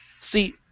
See